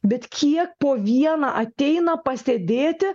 bet kiek po vieną ateina pasėdėti